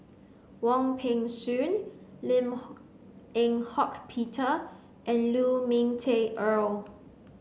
Wong Peng Soon Lim Eng Hock Peter and Lu Ming Teh Earl